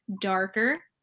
darker